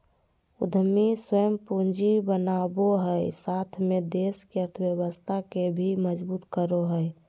उद्यमी स्वयं पूंजी बनावो हइ साथ में देश के अर्थव्यवस्था के भी मजबूत करो हइ